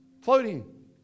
floating